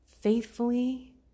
faithfully